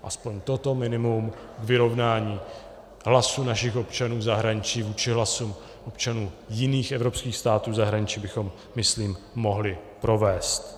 Aspoň toto minimum k vyrovnání hlasů našich občanů v zahraničí vůči hlasům občanů jiných evropských států v zahraničí bychom myslím mohli provést.